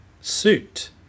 suit